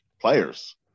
players